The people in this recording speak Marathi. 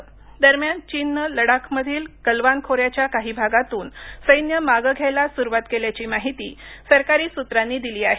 चीन दरम्यान चीननं लडाखमधील गलवान खोऱ्याच्या काही भागातून सैन्य मागं घ्यायला सुरुवात केल्याची माहिती सरकारी सूत्रांनी दिली आहे